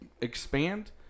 expand